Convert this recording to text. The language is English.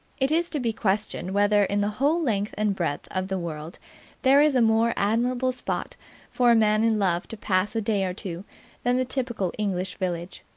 it is to be questioned whether in the whole length and breadth of the world there is a more admirable spot for a man in love to pass a day or two than the typical english village.